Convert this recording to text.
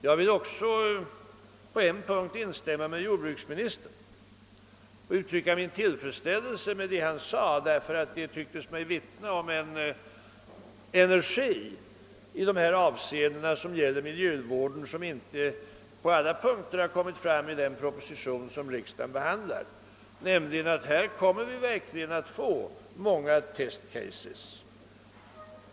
På en punkt vill jag instämma med jordbruksministern och uttrycka min tillfredsställelse över vad han sade; det tycktes mig vittna om en energi beträffande miljövården som inte på alla punkter har kommit fram i den proposition som riksdagen behandlar. Vi komi att få många test cases, sade jordcsministern.